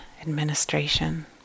administration